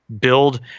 build